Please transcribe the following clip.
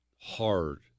hard